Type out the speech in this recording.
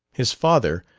his father,